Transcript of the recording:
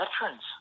veterans